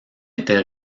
était